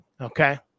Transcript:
okay